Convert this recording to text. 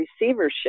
receivership